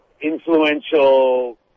influential